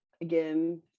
again